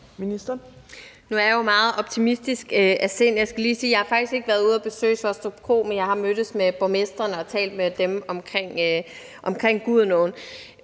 Nu er jeg jo meget optimistisk af sind. Jeg skal lige sige, at jeg faktisk ikke har været ude at besøge Svostrup Kro, men jeg har mødtes med borgmestrene og talt med dem om Gudenåen.